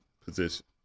position